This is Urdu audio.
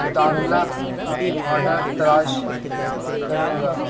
مطلقہ آڈر تلاش کروں گا